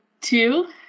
two